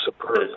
superb